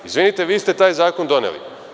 Izvinite, vi ste taj zakon doneli.